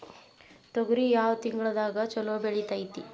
ತೊಗರಿ ಯಾವ ತಿಂಗಳದಾಗ ಛಲೋ ಬೆಳಿತೈತಿ?